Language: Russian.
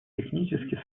технически